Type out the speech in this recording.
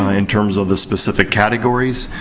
ah in terms of the specific categories,